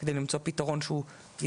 על מנת למצוא פתרון שהוא ישים